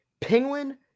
Penguin